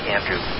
Andrew